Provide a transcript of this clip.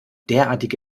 derartige